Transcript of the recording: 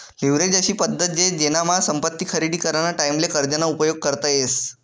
leverage अशी पद्धत शे जेनामा संपत्ती खरेदी कराना टाईमले कर्ज ना उपयोग करता येस